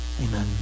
Amen